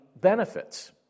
benefits